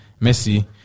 Messi